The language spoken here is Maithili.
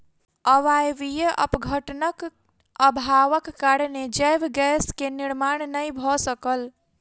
अवायवीय अपघटनक अभावक कारणेँ जैव गैस के निर्माण नै भअ सकल